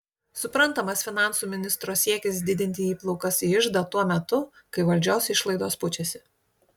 suprantamas finansų ministro siekis didinti įplaukas į iždą tuo metu kai valdžios išlaidos pučiasi